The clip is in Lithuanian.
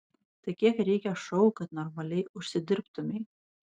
tai kiek reikia šou kad normaliai užsidirbtumei